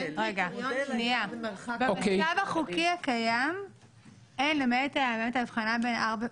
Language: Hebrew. במצב החוקי הקיים אין למעט ההבחנה לעניין ארבע שנים,